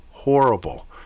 Horrible